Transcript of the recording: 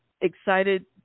excited